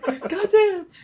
Goddamn